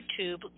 YouTube